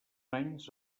anys